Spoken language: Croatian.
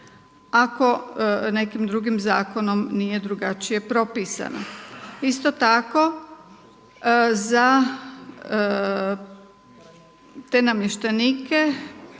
ako nekim drugim zakonom nije drugačije propisano. Isto tako za te namještenike